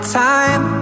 time